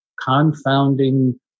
confounding